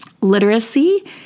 literacy